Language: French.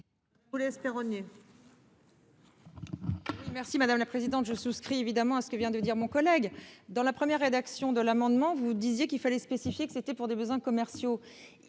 Merci madame la présidente, je souscris évidemment à ce que vient de dire mon collègue dans la première rédaction de l'amendement. Vous disiez qu'il fallait spécifié que c'était pour des besoins commerciaux.